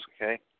okay